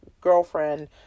girlfriend